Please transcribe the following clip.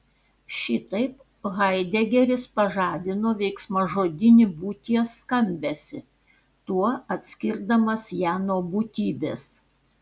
šitaip haidegeris pažadino veiksmažodinį būties skambesį tuo atskirdamas ją nuo būtybės